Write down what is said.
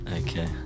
Okay